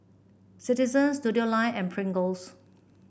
Citizen Studioline and Pringles